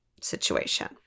situation